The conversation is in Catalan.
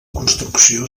construcció